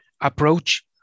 approach